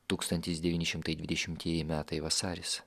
tūkstantis devyni šimtai dvidešimtieji metai vasaris